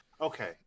okay